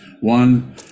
One